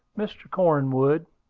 mr. cornwood,